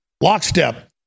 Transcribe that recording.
lockstep